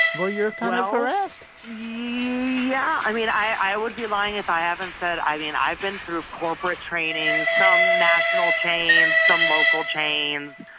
where you're kind of harassed? yeah. yeah i mean, i i would be lying if i i haven't said i mean, i've been through corporate training, some national chains, some local chains.